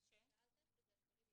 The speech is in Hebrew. יש סמכויות למנהל לפי דין.